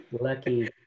lucky